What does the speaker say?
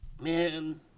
Man